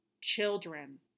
Children